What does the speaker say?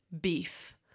Beef